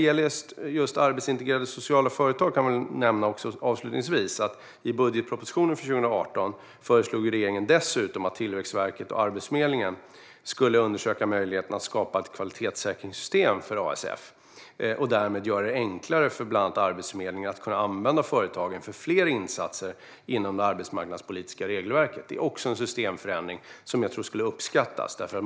Jag kan avslutningsvis nämna att regeringen i budgetpropositionen för 2018 föreslog att Tillväxtverket och Arbetsförmedlingen skulle undersöka möjligheten att skapa ett kvalitetssäkringssystem för arbetsintegrerande sociala företag och därmed göra det enklare för bland annat Arbetsförmedlingen att kunna använda företagen för fler insatser inom det arbetsmarknadspolitiska regelverket. Detta är också en systemförändring som jag tror skulle uppskattas.